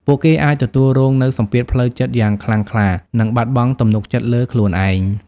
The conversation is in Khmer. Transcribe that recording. ពួកគេអាចទទួលរងនូវសម្ពាធផ្លូវចិត្តយ៉ាងខ្លាំងក្លា និងបាត់បង់ទំនុកចិត្តលើខ្លួនឯង។